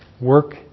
work